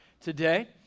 today